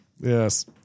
Yes